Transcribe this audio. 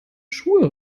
schuhe